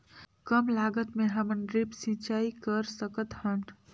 कम लागत मे हमन ड्रिप सिंचाई कर सकत हन?